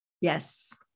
yes